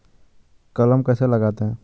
कलम कैसे लगाते हैं?